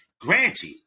granted